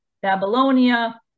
Babylonia